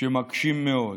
שמקשים מאוד,